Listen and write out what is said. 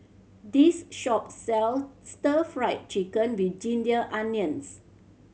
this shop sells Stir Fry Chicken with ginger onions